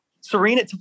Serena